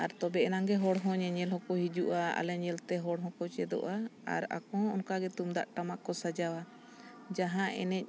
ᱟᱨ ᱛᱚᱵᱮ ᱮᱱᱟᱝ ᱜᱮ ᱦᱚᱲ ᱦᱚᱸ ᱧᱮᱧᱮᱞ ᱦᱚᱸᱠᱚ ᱦᱤᱡᱩᱜᱼᱟ ᱟᱞᱮ ᱧᱮᱞᱛᱮ ᱦᱚᱲ ᱦᱚᱸᱠᱚ ᱪᱮᱫᱚᱜᱼᱟ ᱟᱨ ᱟᱠᱚ ᱦᱚᱸ ᱚᱱᱠᱟ ᱜᱮ ᱛᱩᱢᱫᱟᱜ ᱴᱟᱢᱟᱠ ᱠᱚ ᱥᱟᱡᱟᱣᱟ ᱡᱟᱦᱟᱸ ᱮᱱᱮᱡ